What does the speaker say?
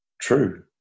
true